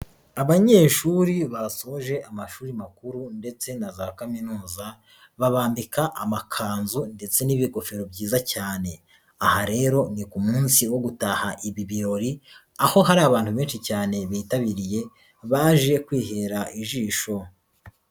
Abanyeshuri basoje amashuri makuru ndetse na za kaminuza, babambika amakanzu ndetse n'ibigofero byiza cyane, aha rero ni ku munsi wo gutaha ibi birori, aho hari abantu benshi cyane bitabiriye baje kwihera ijisho.